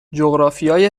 جغرافیای